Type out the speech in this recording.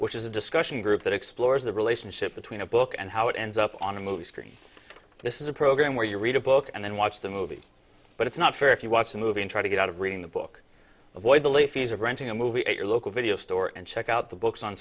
which is a discussion group that explores the relationship between a book and how it ends up on a movie screen this is a program where you read a book and then watch the movie but it's not fair if you watch a movie and try to get out of reading the book avoid the late fees of renting a movie at your local video store and check out the books on